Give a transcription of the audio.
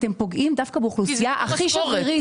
אתם פוגעים דווקא באוכלוסייה הכי שברירית.